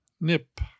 nip